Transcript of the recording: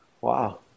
Wow